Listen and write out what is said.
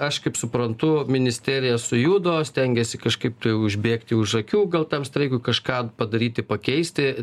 aš kaip suprantu ministerija sujudo stengiasi kažkaip tai užbėgti už akių gal tam streikui kažką padaryti pakeisti